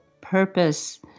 purpose